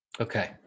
Okay